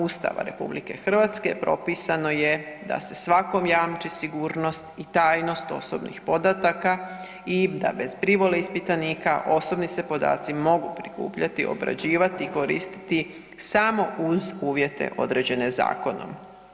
Ustava RH propisano je da se svakom jamči sigurnost i tajnost osobnih podatka i da bez privole ispitanika osobni se podaci mogu prikupljati, obrađivati, koristiti samo uz uvjete određene zakonom.